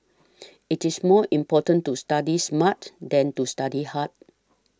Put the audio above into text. it is more important to study smart than to study hard